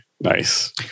Nice